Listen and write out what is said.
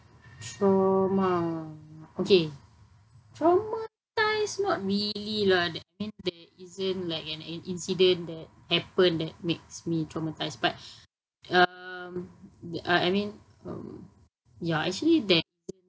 trauma okay traumatised not really lah that means there isn't like an incident that happened that makes me traumatised but um I I mean um ya actually there